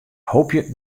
hoopje